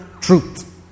truth